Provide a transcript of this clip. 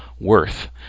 worth